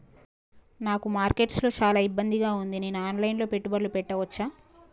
నాకు మార్కెట్స్ లో చాలా ఇబ్బందిగా ఉంది, నేను ఆన్ లైన్ లో పెట్టుబడులు పెట్టవచ్చా?